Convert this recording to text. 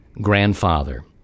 grandfather